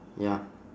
ya